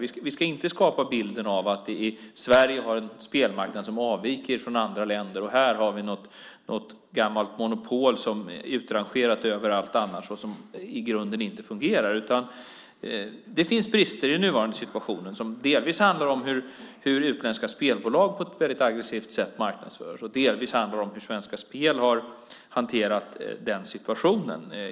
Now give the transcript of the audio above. Vi ska inte skapa bilden av att vi i Sverige har en spelmarknad som avviker från den i andra länder och att vi har något gammalt monopol som är utrangerat på alla andra håll och som i grunden inte fungerar. Det är i stället så att det i den nuvarande situationen finns brister som dels handlar om hur utländska spelbolag på ett väldigt aggressivt sätt marknadsförs, dels om hur Svenska Spel har hanterat denna situation.